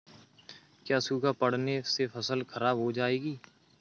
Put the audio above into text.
क्या सूखा पड़ने से फसल खराब हो जाएगी?